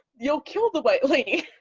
you'll kill the way